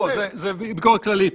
בוא, זו ביקורת כללית.